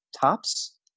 tops